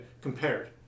compared